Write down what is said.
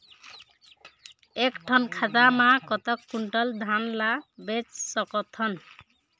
एक ठन खाता मा कतक क्विंटल धान ला बेच सकथन?